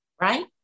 right